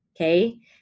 Okay